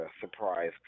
surprise